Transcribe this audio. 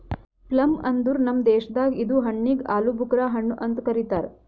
plum ಅಂದುರ್ ನಮ್ ದೇಶದಾಗ್ ಇದು ಹಣ್ಣಿಗ್ ಆಲೂಬುಕರಾ ಹಣ್ಣು ಅಂತ್ ಕರಿತಾರ್